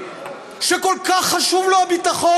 שכל כך חשוב לו הביטחון,